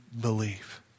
believe